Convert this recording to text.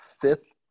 fifth